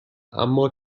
اما